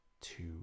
two